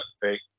fake